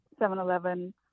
7-eleven